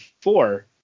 four